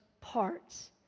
parts